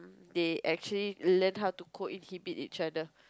they actually learn how to co inhibit each other